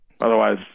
Otherwise